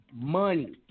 money